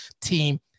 team